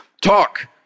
Talk